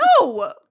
No